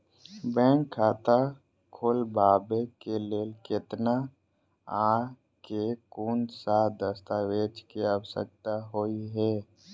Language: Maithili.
बैंक खाता खोलबाबै केँ लेल केतना आ केँ कुन सा दस्तावेज केँ आवश्यकता होइ है?